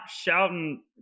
shouting